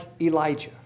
Elijah